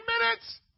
minutes